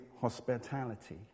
hospitality